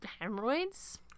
hemorrhoids